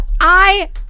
I-